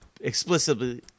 explicitly